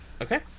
Okay